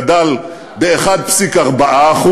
ובכן, התוצר לנפש בישראל גדל ב-1.4%,